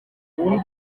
kuba